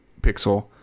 pixel